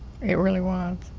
it really was.